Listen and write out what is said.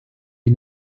die